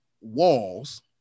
walls